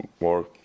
more